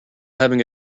having